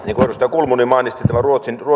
kulmuni mainitsi tämän ruotsin